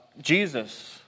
Jesus